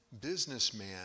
businessman